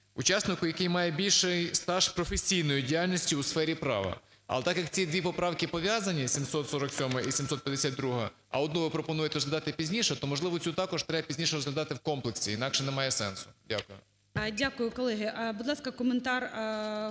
учаснику, який має більший стаж професійної діяльності у сфері права. Але так,= як ці дві поправки пов'язані 747 і 752, а одну ви пропонуєте розглядати пізніше, то, можливо, цю також треба пізніше розглядати в комплексі, інакше немає сенсу. Дякую.